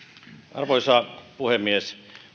arvoisa puhemies